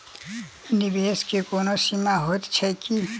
निवेश केँ कोनो सीमा होइत छैक की?